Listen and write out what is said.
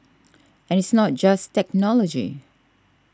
and it's not just technology